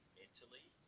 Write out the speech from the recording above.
mentally